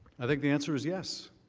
i think the answer is yes.